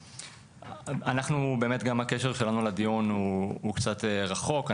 אנחנו גם הקשר שלנו לדיון הוא קצת רחוק.